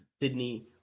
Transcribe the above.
Sydney